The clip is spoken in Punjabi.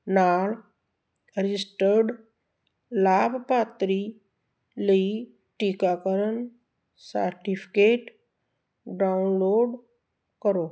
ਨਾਲ ਰਜਿਸਟਰਡ ਲਾਭਪਾਤਰੀ ਲਈ ਟੀਕਾਕਰਨ ਸਰਟੀਫਿਕੇਟ ਡਾਊਨਲੋਡ ਕਰੋ